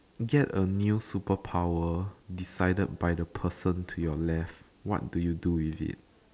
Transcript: get a new superpower decided by the person to your left what do you do with it